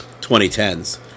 2010s